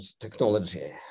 technology